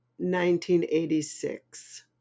1986